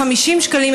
2,350 שקלים,